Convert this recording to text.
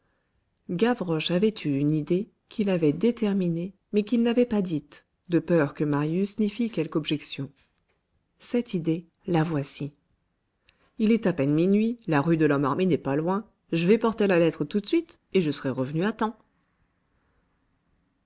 gavroche avait eu une idée qui l'avait déterminé mais qu'il n'avait pas dite de peur que marius n'y fît quelque objection cette idée la voici il est à peine minuit la rue de lhomme armé n'est pas loin je vais porter la lettre tout de suite et je serai revenu à temps